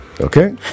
okay